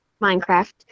Minecraft